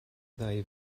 ddau